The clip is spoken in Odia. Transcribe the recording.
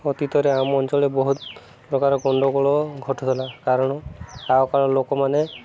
ଅତୀତରେ ଆମ ଅଞ୍ଚଳରେ ବହୁତ ପ୍ରକାର ଗଣ୍ଡଗୋଳ ଘଟୁଥିଲା କାରଣ ଆଗକାଳର ଲୋକମାନେ